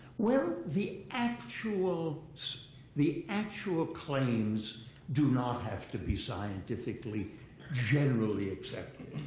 well, the actual the actual claims do not have to be scientifically generally accepted.